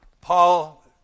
Paul